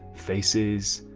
faces,